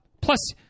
plus